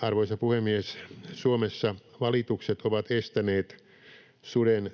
Arvoisa puhemies! Suomessa valitukset ovat estäneet suden